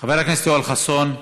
חבר הכנסת יואל חסון,